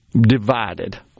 divided